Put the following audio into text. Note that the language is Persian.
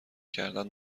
کردن